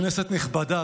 כנסת נכבדה,